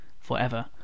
forever